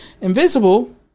invisible